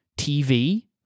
TV